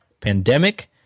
pandemic